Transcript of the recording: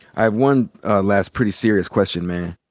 i have one last pretty serious question, man.